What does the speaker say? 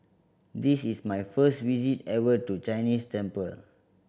this is my first visit ever to Chinese temple